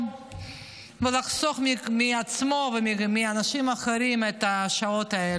ולחסוך מעצמו ומאנשים האחרים את השעות האלה,